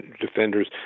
defenders